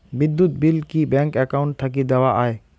বিদ্যুৎ বিল কি bank account থাকি দেওয়া য়ায়?